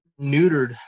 neutered